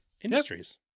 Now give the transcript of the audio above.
Industries